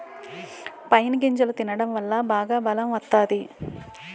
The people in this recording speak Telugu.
పైన్ గింజలు తినడం వల్ల బాగా బలం వత్తాది